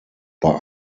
bei